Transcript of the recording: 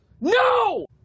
No